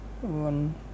one